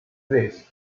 this